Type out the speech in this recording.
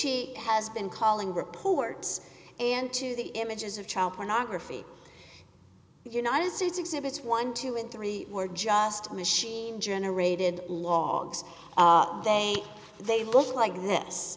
he has been calling reports and to the images of child pornography united states exhibits twelve and three were just machine generated logs they they look like this